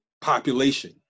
population